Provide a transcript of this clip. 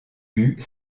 vues